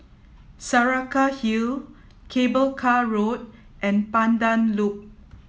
Saraca Hill Cable Car Road and Pandan Loop